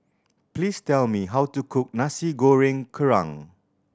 please tell me how to cook Nasi Goreng Kerang